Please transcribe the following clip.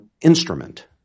instrument